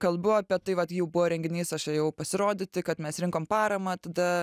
kalbu apie tai vat jau buvo renginys aš ėjau pasirodyti kad mes rinkom paramą tada